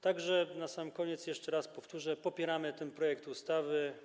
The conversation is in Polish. Tak że na sam koniec jeszcze raz powtórzę: popieramy ten projekt ustawy.